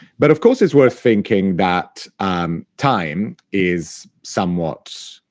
but, of course, it's worth thinking that time is somewhat